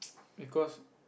because